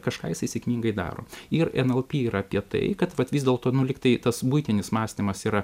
kažką jisai sėkmingai daro ir nlp yra apie tai kad vat vis dėlto nu lyg tai tas buitinis mąstymas yra